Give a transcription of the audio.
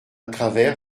travers